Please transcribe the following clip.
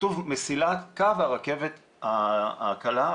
כתוב 'קו הרכבת הקלה,